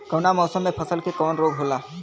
कवना मौसम मे फसल के कवन रोग होला?